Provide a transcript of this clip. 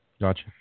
Gotcha